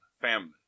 family